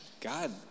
God